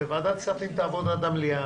ו-ועדת הכספים תעבוד עד המליאה.